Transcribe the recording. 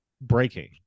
breaking